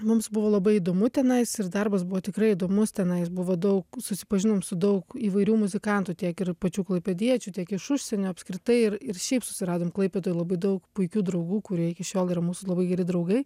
mums buvo labai įdomu tenai ir darbas buvo tikrai įdomus tenais buvo daug susipažinom su daug įvairių muzikantų tiek ir pačių klaipėdiečių tiek iš užsienio apskritai ir ir šiaip susiradom klaipėdoj labai daug puikių draugų kurie iki šiol yra mūsų labai geri draugai